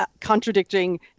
contradicting